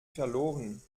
verloren